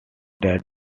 that